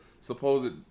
supposed